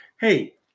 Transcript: hey